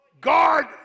Guard